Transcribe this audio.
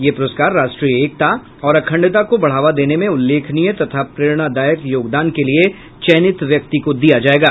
यह पुरस्कार राष्ट्रीय एकता और अखंडता को बढ़ावा देने में उल्लेखनीय तथा प्रेरणादायक योगदान के लिए चयनित व्यक्ति को दिया जाएगा